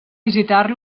visitar